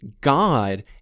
God